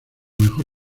mejor